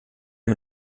mit